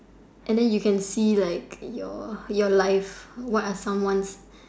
and then you can see like your your life what are some ones